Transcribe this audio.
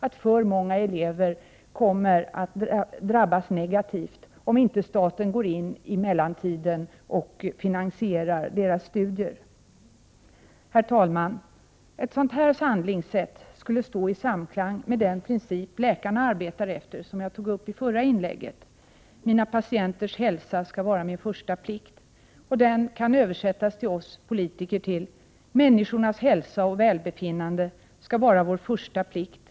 Alltför många elever kommer att drabbas negativt om staten inte går in och finansierar elevernas studier under mellantiden. Herr talman! Ett sådant här handlingssätt skulle stå i samklang med den princip som läkarna arbetar efter, som jag tog upp i det förra inlägget: Mina patienters hälsa skall vara min första plikt. Det kan översättas till oss politiker: Människornas hälsa och välbefinnande skall vara vår första plikt.